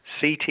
CT